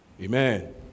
Amen